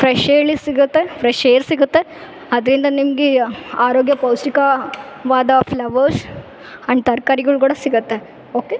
fresh ಗಾಳಿ ಸಿಗುತ್ತೆ fresh air ಸಿಗುತ್ತೆ ಅದರಿಂದ ನಿಮಗೆ ಆರೋಗ್ಯ ಪೌಷ್ಠಿಕವಾದ ಫ್ಲವರ್ಸ್ ಹಣ್ಣು ತರಕಾರಿಗಳ್ ಕೂಡ ಸಿಗುತ್ತೆ ಓಕೆ